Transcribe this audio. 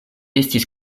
estis